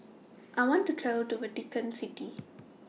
I want to to Vatican City